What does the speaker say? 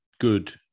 good